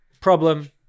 problem